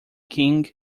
king